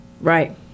right